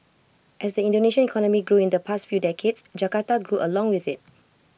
as the Indonesian economy grew in the past few decades Jakarta grew along with IT